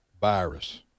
virus